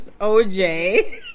OJ